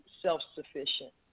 self-sufficient